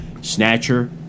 Snatcher